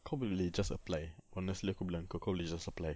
kau boleh just apply honestly aku bilang engkau kau boleh just apply